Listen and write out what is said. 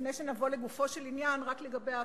לפני שנבוא לגופו של עניין, רק לגבי הכלל: